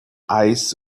eyes